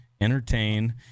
entertain